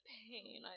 pain